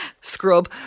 Scrub